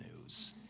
news